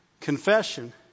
confession